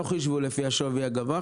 לא חישבו לפי השווי הגבוה,